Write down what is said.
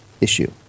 issue